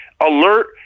alert